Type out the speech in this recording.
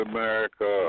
America